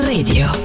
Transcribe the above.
Radio